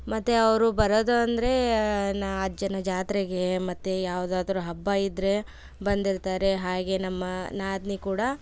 ಮತ್ತು ಅವರು ಬರೋದು ಅಂದರೆ ನಾ ಅಜ್ಜನ ಜಾತ್ರೆಗೆ ಮತ್ತು ಯಾವುದಾದ್ರು ಹಬ್ಬ ಇದ್ದರೆ ಬಂದಿರ್ತಾರೆ ಹಾಗೇ ನಮ್ಮ ನಾದಿನಿ ಕೂಡ